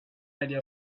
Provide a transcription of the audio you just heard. idea